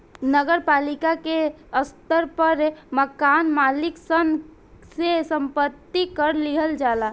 नगर पालिका के स्तर पर मकान मालिक सन से संपत्ति कर लिहल जाला